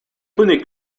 poney